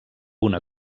una